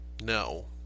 No